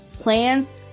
plans